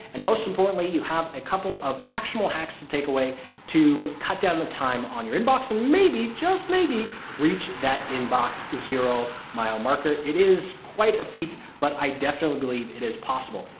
and most importantly, you have a couple of actual hacks to take away to cut down the time on your inbox and maybe just maybe reach that inbox zero mile marker. it is quite a feat, but i definitely believe it is possible.